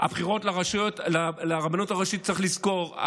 הבחירות לרבנות הראשית, צריך לזכור,